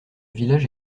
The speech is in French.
village